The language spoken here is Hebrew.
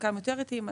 חלקם אטיים יותר,